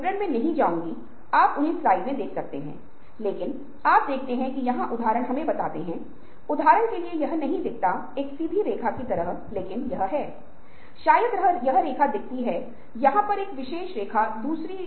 जैसे कि उसने सपने में देखा एक साँप अपनी ही पूंछ खा रहा है और वह उसे बेंजीन के आकार के बारे में विचार दिया